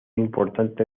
importante